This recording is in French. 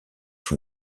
son